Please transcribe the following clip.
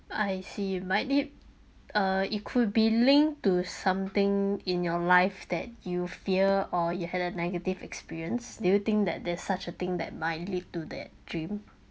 I see might lead uh it could be linked to something in your life that you fear or you had a negative experience do you think that there's such a thing that might lead to that dream